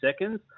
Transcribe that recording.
seconds